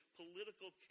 political